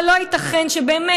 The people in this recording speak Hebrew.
אבל לא ייתכן שבאמת,